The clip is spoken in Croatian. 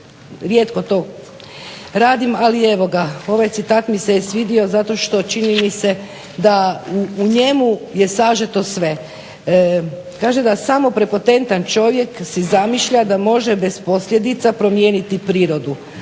rijetko to radim ali evo ovaj citat mi se svidio zato što čini mi se da u njemu je sažeto sve. Kaže da samo prepotentan čovjek si zamišlja da može bez posljedica promijeniti prirodu,